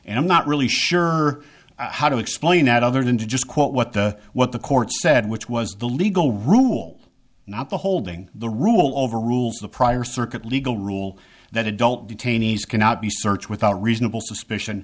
and i'm not really sure how to explain that other than to just quote what the what the court said which was the legal rule not the holding the rule over rules of prior circuit legal rule that adult detainees cannot be search without reasonable suspicion